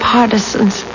Partisans